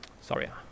Sorry